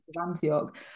Antioch